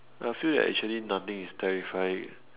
I feel that actually nothing is terrifying